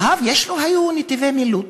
היו לו נתיבי מילוט.